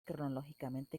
cronológicamente